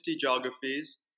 geographies